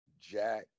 jack